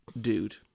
Dude